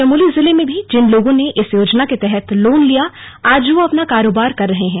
चमोली जिले में भी जिन लोगों ने इस योजना के तहत लोन लिया आज वो अपना कारोबार कर रहे हैं